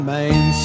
Main